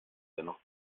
dennoch